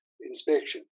inspection